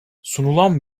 sunulan